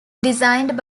designed